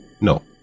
no